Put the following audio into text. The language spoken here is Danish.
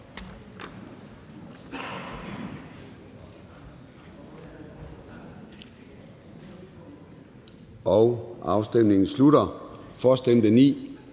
Afstemningen slutter. For stemte 9